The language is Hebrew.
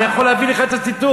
אני יכול להביא לך את הציטוט.